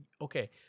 okay